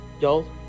y'all